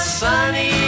sunny